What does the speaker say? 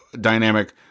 dynamic